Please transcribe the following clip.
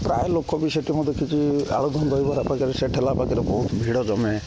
ପ୍ରାୟ ଲୋକ ବି ସେଠି ମଧ୍ୟ ଦେଖିଛି ଆଳୁଦମ ଦହିବରା ପାଖରେ ସେ ଠେଲା ପାଖରେ ବହୁତ ଭିଡ଼ ଜମେ